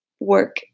work